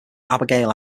abigail